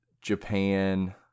Japan